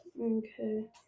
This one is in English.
Okay